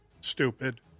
stupid